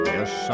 Yes